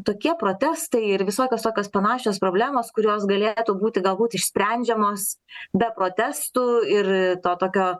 tokie protestai ir visokios tokios panašios problemos kurios galėtų būti galbūt išsprendžiamos be protestų ir to tokio